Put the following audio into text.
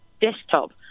desktop